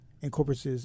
incorporates